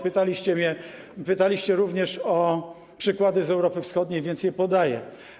Pytaliście mnie, pytaliście również o przykłady z Europy Wschodniej, więc je podaję.